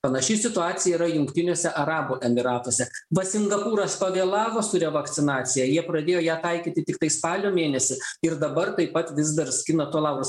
panaši situacija yra jungtiniuose arabų emyratuose va singapūras pavėlavo su revakcinacija jie pradėjo ją taikyti tiktai spalio mėnesį ir dabar taip pat vis dar skina to laurus